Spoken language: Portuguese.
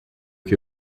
que